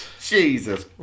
Jesus